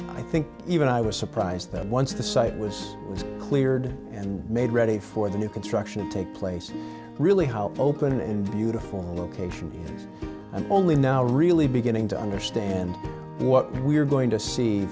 i think even i was surprised that once the site was cleared and made ready for the new construction to take place really how open and beautiful location and i'm only now really beginning to understand what we are going to see